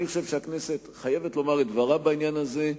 אני חושב שהכנסת חייבת לומר את דברה בעניין הזה.